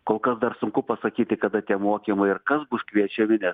kol kas dar sunku pasakyti kada tie mokymai ir kas bus kviečiami nes